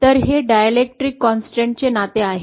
तर हे डायलेक्ट्रिक स्थिरते चे नाते आहे